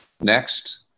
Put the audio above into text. next